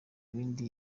bindi